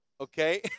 Okay